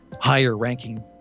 higher-ranking